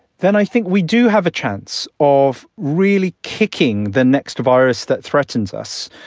then i think we do have a chance of really kicking the next virus that threatens us.